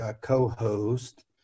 co-host